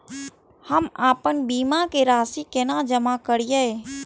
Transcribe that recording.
हम आपन बीमा के राशि केना जमा करिए?